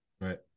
right